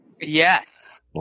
Yes